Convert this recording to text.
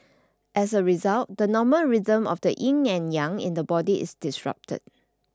as a result the normal rhythm of the Yin and Yang in the body is disrupted